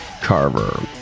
Carver